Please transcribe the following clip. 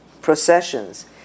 processions